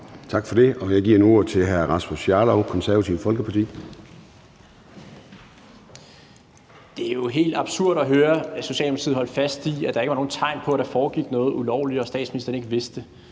Tak for det. Og jeg giver nu ordet til hr. Rasmus Jarlov, Det Konservative Folkeparti. Kl. 13:23 Rasmus Jarlov (KF): Det er jo helt absurd at høre Socialdemokratiet holde fast i, at der ikke var nogen tegn på, at der foregik noget ulovligt, og at statsministeren ikke vidste